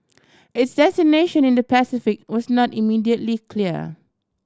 its destination in the Pacific was not immediately clear